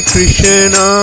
Krishna